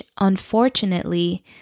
unfortunately